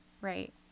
Right